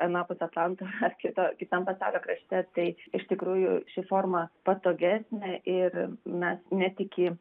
anapus atlanto ar ikto kitam pasaulio krašte taip iš tikrųjų ši forma patogesnė ir mes net iki